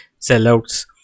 sellouts